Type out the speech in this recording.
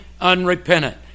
unrepentant